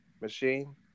machine